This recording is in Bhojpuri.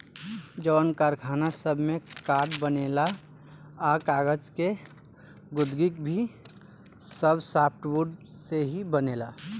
जवन कारखाना सब में कार्ड बनेला आ कागज़ के गुदगी भी सब सॉफ्टवुड से ही बनेला